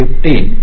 15 0